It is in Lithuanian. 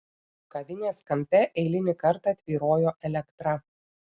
kavinės kampe eilinį kartą tvyrojo elektra